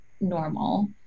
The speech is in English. normal